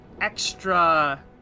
extra